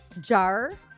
jar